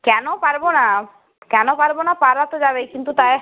কেন পারব না কেন পারব না পারা তো যাবে কিন্তু তাই